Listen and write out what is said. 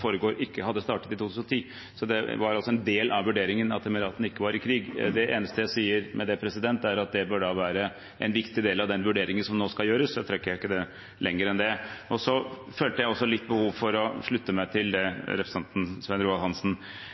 foregår, ikke hadde startet i 2010. En del av vurderingen var altså at Emiratene ikke var i krig. Det eneste jeg sier med det, er at det bør være en viktig del av den vurderingen som nå skal gjøres. Jeg trekker det ikke lenger enn det. Jeg følte også litt behov for å slutte meg til det representanten Svein Roald Hansen